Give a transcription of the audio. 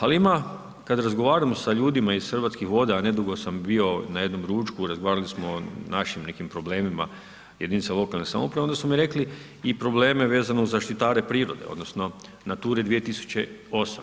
Ali, ima, kada razgovaramo sa ljudima iz Hrvatskih voda, a nedugo sam bio na jednom ručku, razgovarali smo o našim nekim problemima, jedinica lokalne samouprave, onda su mi rekli i probleme vezano uz zaštitare prirodno odnosno Nature 2008.